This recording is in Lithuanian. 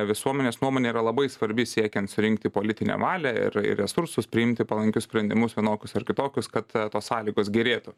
visuomenės nuomonė yra labai svarbi siekiant surinkti politinę valią ir ir resursus priimti palankius sprendimus vienokius ar kitokius kad tos sąlygos gerėtų